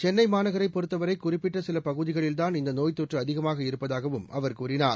சென்னை மாநகரைப் பொறுத்தவரை குறிப்பிட்ட சில பகுதிகளில்தான் இந்த நோய்த்தொற்று அதிகமாக இருப்பதாகவும் அவர் கூறினார்